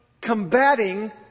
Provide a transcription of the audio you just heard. combating